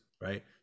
right